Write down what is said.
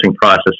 process